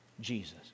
Jesus